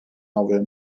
avroya